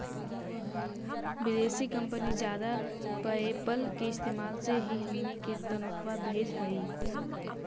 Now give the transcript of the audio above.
विदेशी कंपनी जादा पयेपल के इस्तेमाल से ही हमनी के तनख्वा भेजऽ हइ